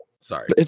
Sorry